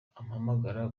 ampamagara